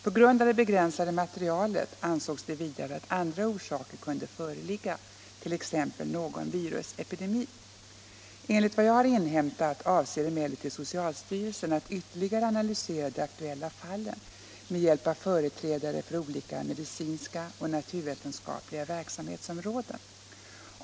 På grund av det begränsade materialet ansågs det vidare att andra orsaker kunde föreligga, t.ex. någon virusepidemi. Enligt vad jag har inhämtat avser emellertid socialstyrelsen att ytterligare analysera de aktuella fallen med hjälp av företrädare för olika medicinska och naturvetenskapliga verksamhetsområden.